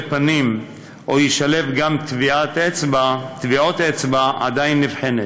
פנים או ישלב גם טביעות אצבע עדיין נבחנת.